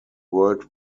world